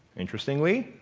interestingly,